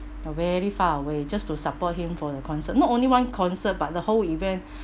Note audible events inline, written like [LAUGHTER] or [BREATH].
uh very far away just to support him for the concert not only one concert but the whole event [BREATH]